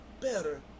better